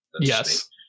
Yes